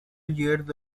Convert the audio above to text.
years